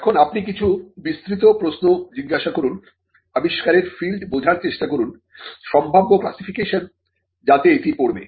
এখন আপনি কিছু বিস্তৃত প্রশ্ন জিজ্ঞাসা করুন আবিষ্কারের ফিল্ড বোঝার চেষ্টা করুন সম্ভাব্য ক্লাসিফিকেশন যাতে এটি পড়বে